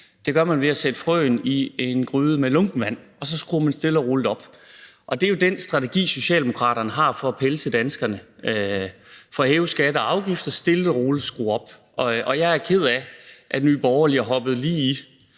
Det gør man ved at sætte frøen i en gryde med lunkent vand, og så skruer man stille og roligt op for det. Det er jo den strategi, Socialdemokraterne har for at pelse danskerne, nemlig ved stille og roligt at skrue op for at hæve skatter og afgifter. Jeg er ked af, at Nye Borgerlige er hoppet lige i,